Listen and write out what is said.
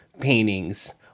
paintings